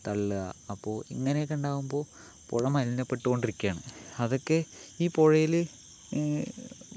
തളളുക അപ്പോൾ ഇങ്ങനെയൊക്കെയുണ്ടാവുമ്പോൾ പുഴ മലിനപ്പെട്ടുക്കൊണ്ടിരിക്കുകയാണ് അതൊക്കെ ഈ പുഴയില്